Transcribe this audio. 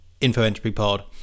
InfoEntropyPod